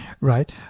right